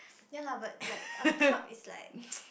ya lah but like a cup is